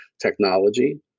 technology